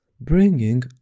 bringing